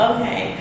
Okay